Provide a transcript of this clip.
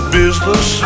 business